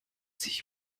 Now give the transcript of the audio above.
sich